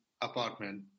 apartment